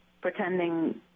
pretending